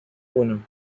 uno